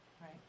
right